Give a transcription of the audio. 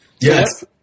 Yes